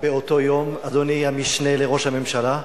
באותו יום, אדוני המשנה לראש הממשלה,